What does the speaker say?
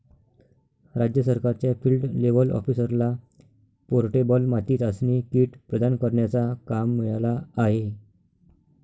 राज्य सरकारच्या field level ऑफिसरला पोर्टेबल माती चाचणी किट प्रदान करण्याचा काम मिळाला आहे